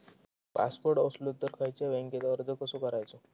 Passport असलो तर खयच्या बँकेत अर्ज कसो करायचो?